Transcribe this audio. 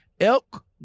Elk